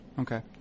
Okay